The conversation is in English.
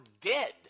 dead